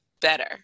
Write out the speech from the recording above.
better